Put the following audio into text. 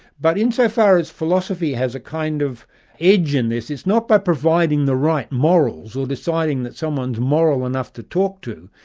but insofar as philosophy has a kind of edge in this, it's not by providing the right morals or deciding that someone's moral enough to talk to,